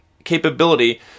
capability